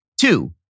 Two